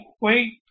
wait